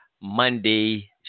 Monday